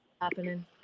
happening